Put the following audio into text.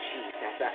Jesus